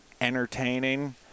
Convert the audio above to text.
entertaining